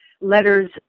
Letters